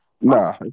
nah